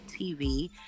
tv